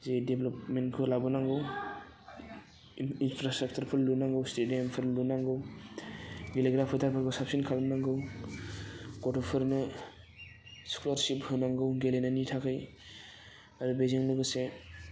जे देभ्लबमेन्टखौ लाबोनांगौ इनफ्रास्ट्राकसारफोर लुनांगौ स्टेडियामफोर लुनांगौ गेलेग्रा फोथारफोरखौ साबसिन खालामनांगौ गथ'फोरनो स्क'लारशिप होनांगौ गेलेनायनि थाखै आरो बेजों लोगोसे